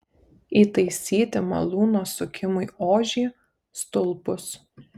įtaisyti malūno sukimui ožį stulpus